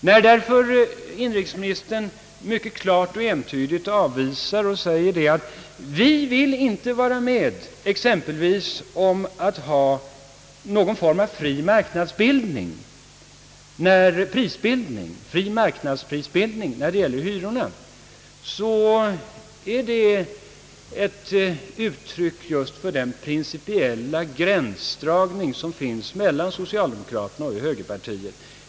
När därför inrikesministern mycket klart och entydigt uttalar, att man på regeringshåll inte vill vara med om att exempelvis på längre sikt införa en fri marknadsprisbildning beträffande hyrorna, är detta ett uttryck för den principiella gränsdragning som förekommer mellan socialdemokraterna och högerpartiets företrädare.